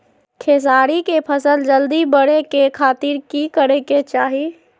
खेसारी के फसल जल्दी बड़े के खातिर की करे के चाही?